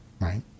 Right